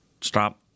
stop